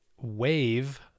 Wave